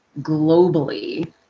globally